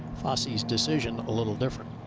fassi's decision a little different.